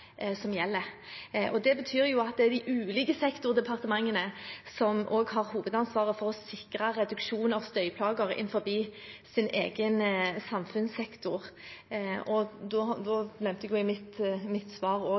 som gjelder. Det betyr at de ulike sektordepartementene også har hovedansvaret for å sikre reduksjon av støyplager innenfor sin egen samfunnssektor, og jeg nevnte i mitt svar